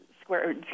square